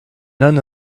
none